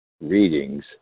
readings